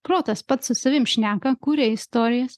protas pats su savim šneka kuria istorijas